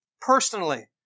personally